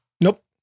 nope